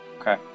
okay